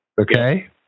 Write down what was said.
okay